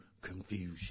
confusion